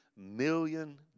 million